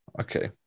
Okay